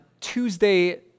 Tuesday